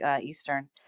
Eastern